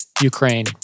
Ukraine